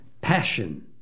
passion